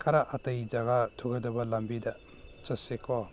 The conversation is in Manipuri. ꯈꯔ ꯑꯇꯩ ꯖꯒꯥ ꯊꯨꯒꯗꯕ ꯂꯝꯕꯤꯗ ꯆꯠꯁꯦꯀꯣ